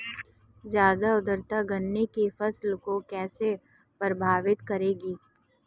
ज़्यादा आर्द्रता गन्ने की फसल को कैसे प्रभावित करेगी?